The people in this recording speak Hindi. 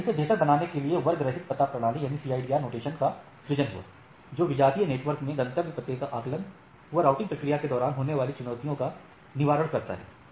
अतः इसे बेहतर बनाने के लिए वर्ग रहित पता प्रणाली का सृजन हुआ जो विजातीय नेटवर्क में गंतव्य पते का आकलन एवं राउटिंग प्रक्रिया के दौरान होने वाली चुनौतियां का निवारण करता है